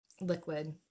liquid